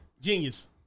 Genius